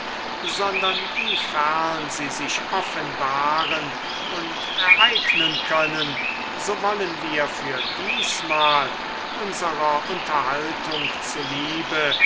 sondern wiefern sie sich offenbaren und ereignen können so wollen wir für diesmal unserer unterhaltung zu liebe